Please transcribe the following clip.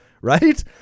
Right